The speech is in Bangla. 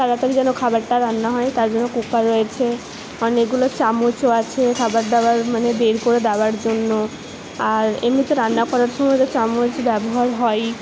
তাড়াতাড়ি যেন খাবারটা রান্না হয় তার জন্য কুকার রয়েছে অনেকগুলো চামচও আছে খাবার দাবার মানে বের করে দাওয়ার জন্য আর এমনিতে রান্না করার তো চামচ ব্যবহার হয়ই